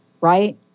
right